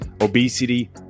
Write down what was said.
obesity